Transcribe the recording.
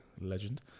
legend